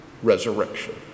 resurrection